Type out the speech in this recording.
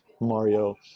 Mario